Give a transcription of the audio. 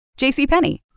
JCPenney